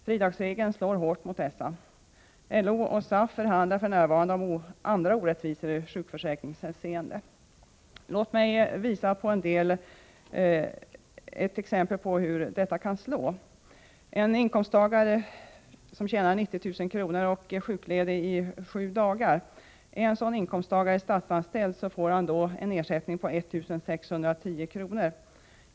Fridagsregeln slår hårt mot dessa. LO och SAF förhandlar för närvarande om andra orättvisor i sjukförsäkringshänseende. Låt mig med ett exempel visa hur bestämmelserna kan slå: En inkomsttagare som tjänar 90 000 kr. och är sjukledig i sju dagar får, om han är statsanställd, en ersättning på 1 610 kr.